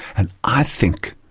and i think,